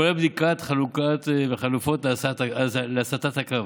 הכולל בדיקת חלופות להסטת הקו.